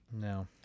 No